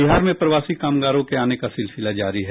बिहार में प्रवासी कामगारों के आने का सिलसिला जारी है